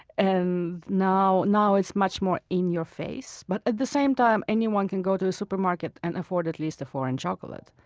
and now now it's much more in your face, but at the same time, anyone can go to the supermarket and afford at least a foreign chocolate.